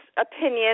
opinion